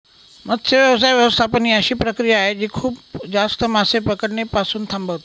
मत्स्य व्यवसाय व्यवस्थापन ही अशी प्रक्रिया आहे जी खूप जास्त मासे पकडणे पासून थांबवते